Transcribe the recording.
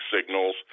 signals